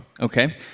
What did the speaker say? okay